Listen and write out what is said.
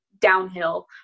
downhill